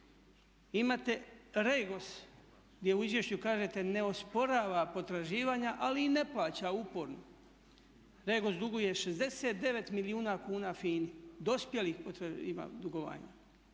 imate REGOS gdje u izvješću kažete ne osporava potraživanja, ali i ne plaća uporno nego duguje 69 milijuna kuna FINA-i dospjelih ima dugovanja.